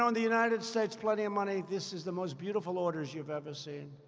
um the united states, plenty of money. this is the most beautiful orders you've ever seen.